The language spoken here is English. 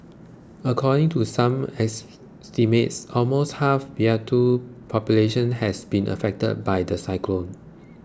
according to some estimates almost half Vanuatu's population has been affected by the cyclone